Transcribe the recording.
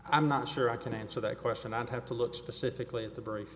i'm not sure i can answer that question i'd have to look specifically at the